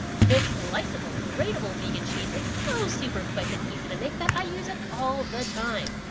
this sliceable, grateable vegan cheese is so super quick and easy to make that i use it all the time.